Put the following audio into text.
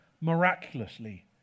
miraculously